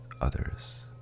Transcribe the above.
others